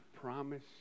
promise